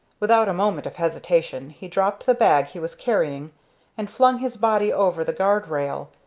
without a moment of hesitation he dropped the bag he was carrying and flung his body over the guard-rail,